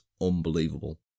unbelievable